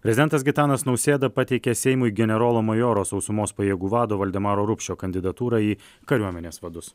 prezidentas gitanas nausėda pateikė seimui generolo majoro sausumos pajėgų vado valdemaro rupšio kandidatūrą į kariuomenės vadus